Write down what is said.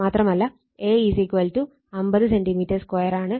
മാത്രമല്ല A 50 cm 2 ആണ്